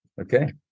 okay